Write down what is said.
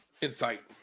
insight